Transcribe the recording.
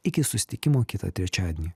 iki susitikimo kitą trečiadienį